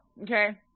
Okay